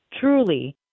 truly